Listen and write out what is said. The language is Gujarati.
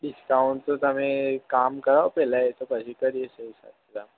ડીસકાઉન્ટ તો તમે કામ કરાવો પહેલાં એ તો પછી કરીએ છે પૈસાનું